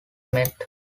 met